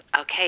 Okay